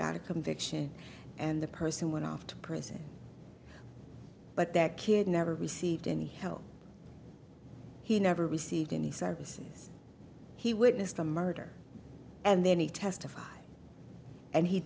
got a conviction and the person went off to prison but that kid never received any help he never received any services he witnessed a murder and then he testified and he